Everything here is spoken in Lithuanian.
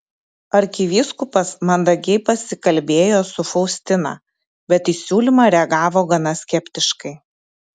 arkivyskupas mandagiai pasikalbėjo su faustina bet į siūlymą reagavo gana skeptiškai